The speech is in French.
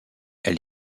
elle